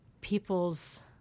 people's